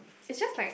it's just like